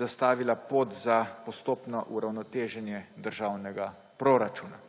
zastavila pot za postopno uravnoteženje državnega proračuna.